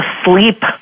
asleep